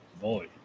boy